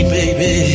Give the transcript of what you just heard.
baby